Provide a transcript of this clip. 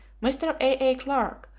mr. a a. clark,